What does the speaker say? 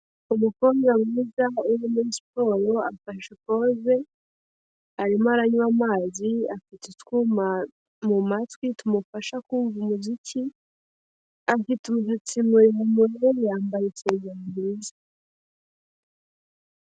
Umukobwa mwiza uri no muri siporo afashe pose arimo aranywa amazi afite utwuma mu matwi tumufasha kumva umuziki, afite umusatsi muremure, yambaye isengeri nziza.